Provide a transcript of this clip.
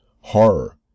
horror